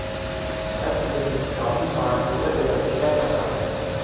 truck से भी काफी माल इधर उधर किया जाता है